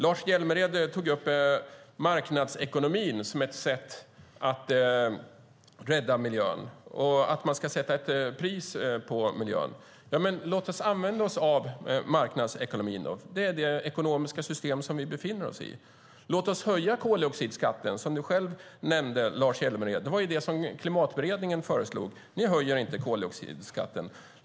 Lars Hjälmered tog upp marknadsekonomin som ett sätt att rädda miljön, att man ska sätta ett pris på miljön. Låt oss då använda oss av marknadsekonomin, som är det ekonomiska system vi befinner oss i. Låt oss höja koldioxidskatten, som du själv nämnde, Lars Hjälmered. Det var det som Klimatberedningen föreslog. Men ni höjer inte koldioxidskatten.